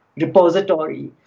repository